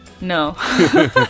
No